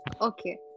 Okay